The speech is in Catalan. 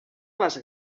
les